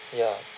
ya